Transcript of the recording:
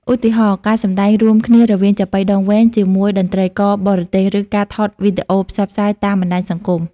ឧទាហរណ៍ ការសម្តែងរួមគ្នារវាងចាបុីដងវែង ជាមួយតន្ត្រីករបរទេស ឬការថតវីដេអូផ្សព្វផ្សាយតាមបណ្តាញសង្គម។